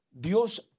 Dios